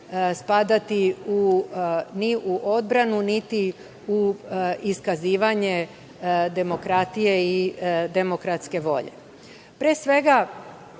spadati ni u odbranu, niti u iskazivanje demokratije i demokratske volje. Pre